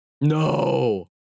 No